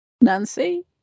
Nancy